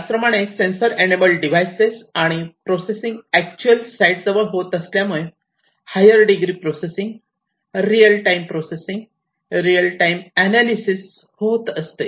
त्याचप्रमाणे sensor enabled devices आणि processing actual site जवळ होत असल्यामुळे higher degree processing real time processing real time analysis होत असते